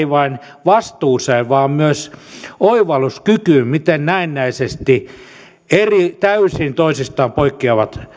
vain vastuuseen vaan myös oivalluskykyyn miten näennäisesti toisistaan täysin poikkeavat